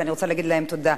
ואני רוצה להגיד להם תודה.